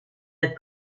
het